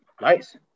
Nice